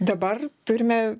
dabar turime